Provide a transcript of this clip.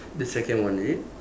the second one is it